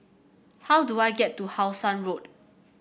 how do I get to How Sun Road